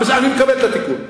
אני מקבל את התיקון.